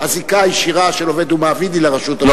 הזיקה הישירה של עובד ומעביד היא לרשות המקומית.